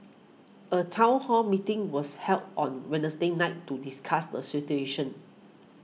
a town hall meeting was held on Wednesday night to discuss the situation